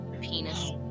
Penis